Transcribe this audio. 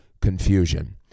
confusion